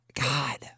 God